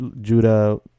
judah